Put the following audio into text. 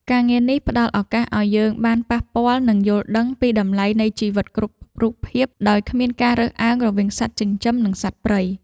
ការងារនេះផ្ដល់ឱកាសឱ្យយើងបានប៉ះពាល់ និងយល់ដឹងពីតម្លៃនៃជីវិតគ្រប់រូបភាពដោយគ្មានការរើសអើងរវាងសត្វចិញ្ចឹម និងសត្វព្រៃ។